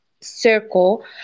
circle